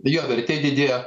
jo vertė didėja